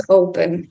open